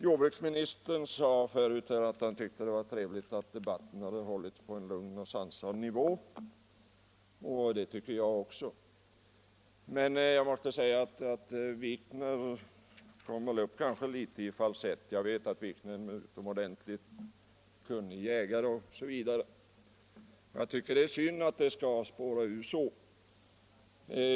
Jordbruksministern sade att han tyckte det var trevligt att debatten hade hållits på en lugn och sansad nivå, och det tycker jag också. Men herr Wikners röst åkte väl upp litet i falsett. Jag vet att herr Wikner är en kunnig jägare, men jag tycker det är synd att debatten skall spåra ur.